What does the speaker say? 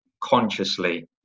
consciously